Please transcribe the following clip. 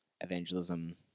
evangelism